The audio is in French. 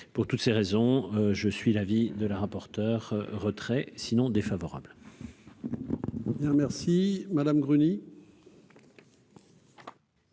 pour toutes ces raisons, je suis l'avis de la rapporteure retrait sinon défavorable. Merci Madame Gruny.